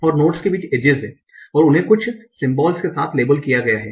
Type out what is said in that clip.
और नोड्स के बीच एजेस हैं और उन्हे कुछ सिमबोल्स के साथ लेबल किया गया है